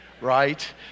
right